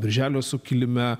birželio sukilime